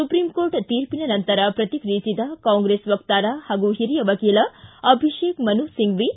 supreme court ತೀರ್ಪಿನ ನಂತರ ಪ್ರತಿಕ್ರಿಯಿಸಿದ ಕಾಂಗ್ರೆಸ್ ವಕ್ತಾರ ಹಾಗೂ ಹಿರಿಯ ವಕೀಲ ಅಭಿಶೇಕ ಮನು ಒಂಫ್ಟಿ